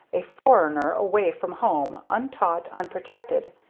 a foreigner, away from home, untaught, unprotected,